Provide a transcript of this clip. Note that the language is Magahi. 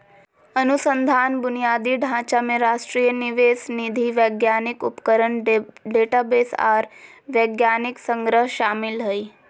अनुसंधान बुनियादी ढांचा में राष्ट्रीय निवेश निधि वैज्ञानिक उपकरण डेटाबेस आर वैज्ञानिक संग्रह शामिल हइ